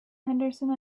henderson